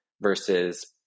versus